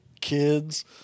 kids